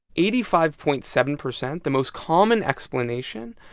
eighty five point seven percent, the most common explanation,